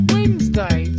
Wednesday